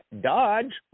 Dodge